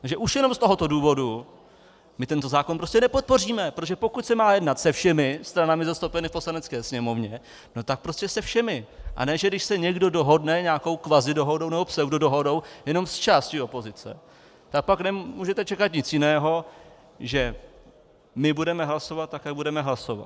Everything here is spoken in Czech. Že už jenom z tohoto důvodu my tento zákon prostě nepodpoříme, protože pokud se má jednat se všemi stranami zastoupenými v Poslanecké sněmovně, no tak prostě se všemi, a ne, že když se někdo dohodne nějakou kvazidohodou nebo pseudodohodou jenom s částí opozice, tak pak nemůžete čekat nic jiného, než že my budeme hlasovat tak, jak budeme hlasovat.